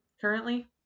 currently